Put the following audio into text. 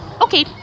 Okay